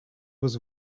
was